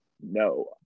No